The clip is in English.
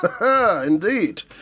Indeed